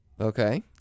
okay